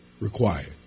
required